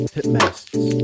Pitmasters